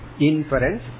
Inference